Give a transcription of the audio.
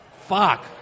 Fuck